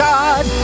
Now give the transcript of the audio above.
God